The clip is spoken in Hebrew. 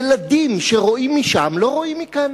ילדים שרואים משם לא רואים מכאן.